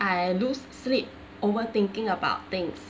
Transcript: I lose sleep over thinking about things